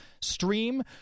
stream